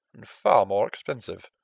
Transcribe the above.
and far more expensive.